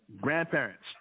grandparents